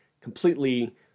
completely